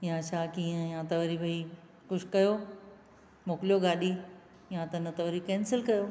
या छा कीअं या त वरी भई कुझु कयो मोकिलियो गाॾी या त न त वरी कैंसिल कयो